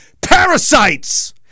Parasites